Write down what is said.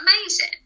amazing